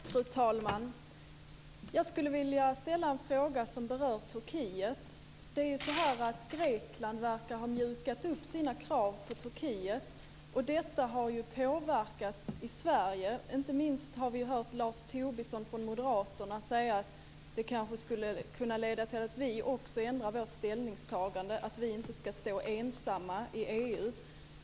Fru talman! Jag skulle vilja ställa en fråga som berör Turkiet. Grekland verkar ha mjukat upp sina krav på Turkiet. Detta har påverkat Sverige; inte minst har vi hört Lars Tobisson från Moderaterna säga att det kanske skulle kunna leda till att vi också ändrar vårt ställningstagande, att vi inte ska stå ensamma i EU.